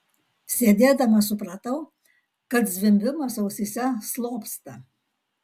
sėdėdama supratau kad zvimbimas ausyse slopsta